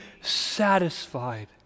satisfied